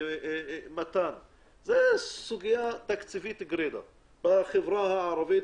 זו סוגיה תקציבית גרידא בחברה הערבית.